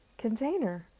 container